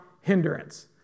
hindrance